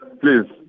please